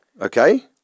Okay